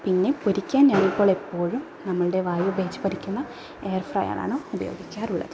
പിന്നെ പൊരിക്കാൻ ഞാനിപ്പളെപ്പോഴും നമ്മളുടെ വായു ഉപയോഗിച്ച് പൊരിക്കുന്ന എയർ ഫ്രയറാണ് ഉപയോഗിക്കാറുള്ളത്